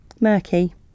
murky